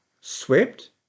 swept